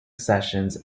sessions